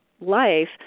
life